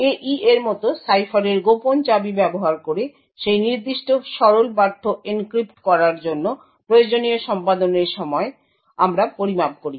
AES এর মতো সাইফারের গোপন চাবি ব্যবহার করে সেই নির্দিষ্ট সরল পাঠ্য এনক্রিপ্ট করার জন্য প্রয়োজনীয় সম্পাদনের সময় আমরা পরিমাপ করি